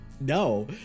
no